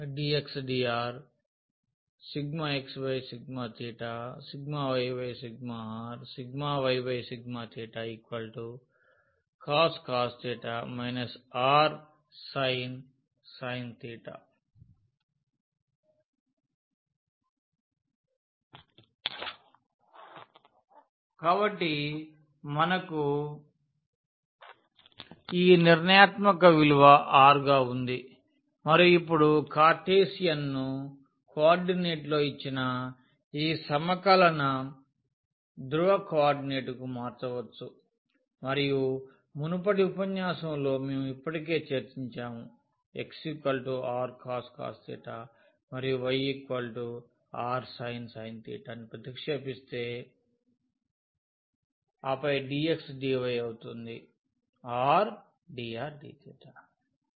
r ∂x∂θ ∂y∂r ∂y∂θ cos r sin r కాబట్టి మనకు ఈ నిర్ణయాత్మక విలువ r గా ఉంది మరియు ఇప్పుడు కార్టెసియన్ కోఆర్డినేట్లో ఇచ్చిన ఈ సమకలనను ధ్రువ కోఆర్డినేట్కు మార్చవచ్చు మరియు మునుపటి ఉపన్యాసంలో మేము ఇప్పటికే చర్చించాము x rcos మరియు y r sin ని ప్రతిక్షేపిస్తే ఆపై dx dy అవుతుంది r dr dθ